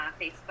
Facebook